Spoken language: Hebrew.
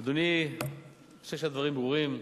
אדוני, אני חושב שהדברים ברורים.